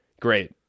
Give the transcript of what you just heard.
great